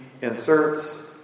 inserts